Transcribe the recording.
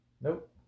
Nope